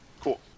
Cool